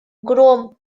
гром